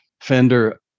Fender